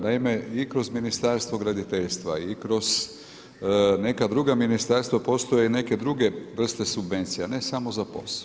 Naime, i kroz Ministarstvo graditeljstva i kroz neka druga ministarstva postoje i neke druge vrste subvencija, ne samo za POS.